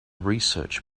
research